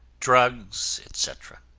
drugs, etc.